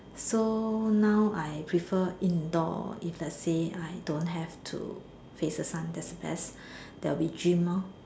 so now I prefer indoor if let's say I don't have to face the sun that's best that'll be gym lor